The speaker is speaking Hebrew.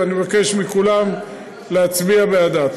ואני מבקש מכולם להצביע בעדה.